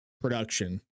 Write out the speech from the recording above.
production